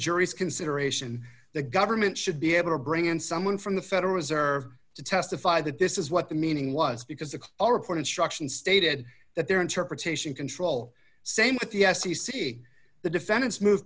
jury's consideration the government should be able to bring in someone from the federal reserve to testify that this is what the meaning was because they all report instruction stated that their interpretation control same with the s e c the defendant's move